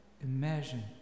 imagine